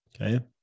Okay